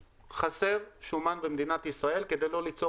חסר שומן במדינת ישראל כדי לא ליצור